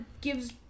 gives